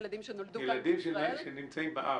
ילדים שנולדו כאן בישראל --- ילדים שנמצאים בארץ.